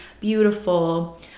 beautiful